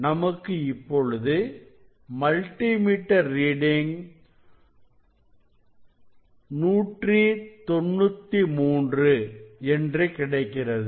நமக்கு இப்பொழுது multi meter reading 193 என்று கிடைக்கிறது